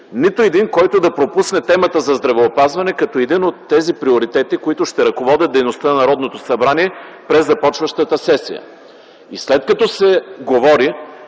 нито един, който да пропусне темата за здравеопазване като един от тези приоритети, които ще ръководят дейността на Народното събрание през започващата сесия. И след като се говори